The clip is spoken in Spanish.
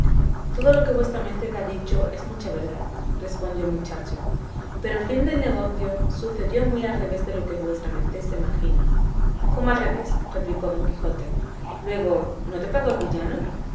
todo lo que vuestra merced ha dicho es mucha verdad respondió el muchacho pero el fin del negocio sucedió muy al revés de lo que vuestra merced se imagina cómo al revés replicó don quijote luego no te pagó el villano